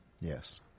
Yes